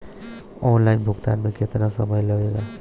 Online भुगतान में केतना समय लागेला?